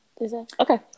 Okay